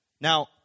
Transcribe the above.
Now